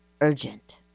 urgent